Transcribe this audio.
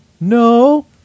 No